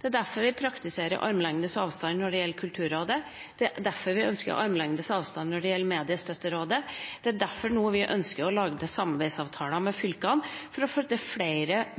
Det er derfor vi praktiserer armlengdes avstand når det gjelder Kulturrådet, det er derfor vi ønsker armlengdes avstand når det gjelder Mediestøtterådet, det er derfor vi nå ønsker å lage samarbeidsavtaler med fylkene for å flytte